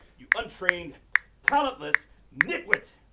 you untrained talent-less nitwit.